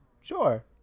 Sure